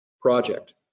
project